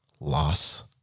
Loss